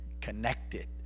connected